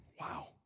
Wow